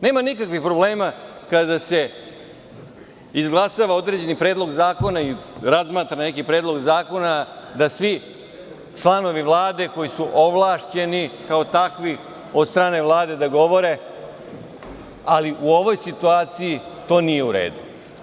Nema nikakvih problema kada se izglasava određeni predlog zakona i razmatra neki predlog zakona, da svi članovi Vlade koji su ovlašćeni kao takvi od strane Vlade da govore, ali u ovoj situaciji to nije u redu.